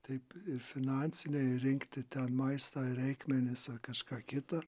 taip ir finansiniai rinkti ten maistą reikmenis ar kažką kita